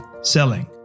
selling